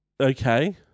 okay